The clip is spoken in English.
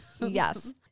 Yes